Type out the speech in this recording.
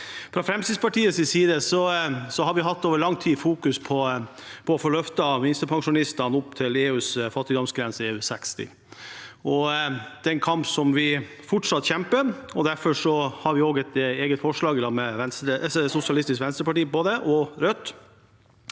Fra Fremskrittspartiets side har vi over lang tid fokusert på å få løftet minstepensjonistene opp til EUs fattigdomsgrense, EU60. Det er en kamp vi fortsatt kjemper, og derfor har vi et eget forslag sammen med